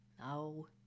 No